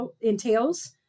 entails